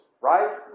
Right